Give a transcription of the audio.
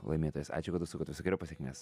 laimėtojas ačiū kad užsukot visokeriopos sėkmės